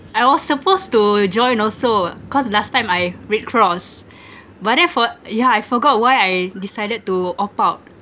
I was supposed to join also cause last time I red cross but then for~ yeah I forgot why I decided to opt out